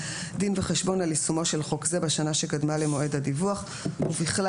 דין וחשבון על יישומו של חוק זה בשנה שקדמה למועד הדיווח ובכלל